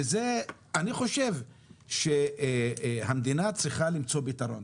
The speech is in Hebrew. וזה אני חושב המדינה צריכה למצוא פתרון,